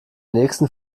nächsten